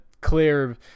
clear